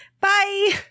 Bye